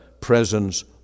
presence